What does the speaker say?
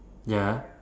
ya